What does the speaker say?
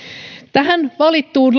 tähän valittuun